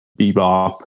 bebop